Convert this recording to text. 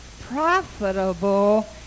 profitable